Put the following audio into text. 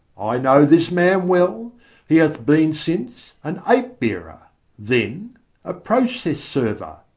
i know this man well he hath been since an ape-bearer then a process-server,